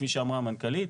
כפי שאמרה המנכ"לית,